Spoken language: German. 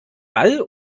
ball